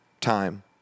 time